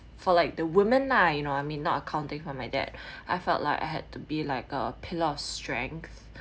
for like the women lah you know I mean not accounting for my dad I felt like I had to be like a pillar of strength